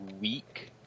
week